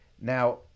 Now